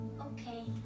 Okay